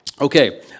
Okay